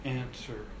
answer